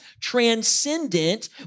transcendent